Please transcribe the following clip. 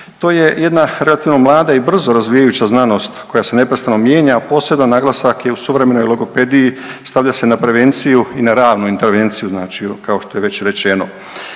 To je jedna relativno mlada i brzo razvijajuća znanost koja se neprestano mijenja, a poseban naglasak je u suvremenoj logopediji, stavlja se na prevenciju i na ranu intervenciju, znači kao što je već rečeno.